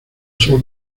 sol